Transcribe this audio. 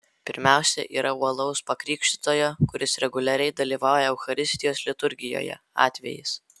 pirmiausia yra uolaus pakrikštytojo kuris reguliariai dalyvauja eucharistijos liturgijoje atvejis